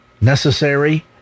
necessary